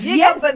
yes